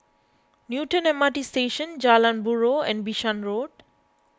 Newton M R T Station Jalan Buroh and Bishan Road